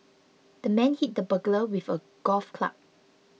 the man hit the burglar with a golf club